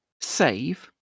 save